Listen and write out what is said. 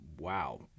wow